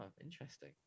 interesting